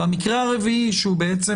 והמקרה הרביעי, שהוא בעצם